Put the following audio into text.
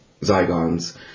Zygons